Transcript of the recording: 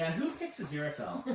and who picks aziraphale.